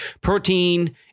Protein